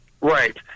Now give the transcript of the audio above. Right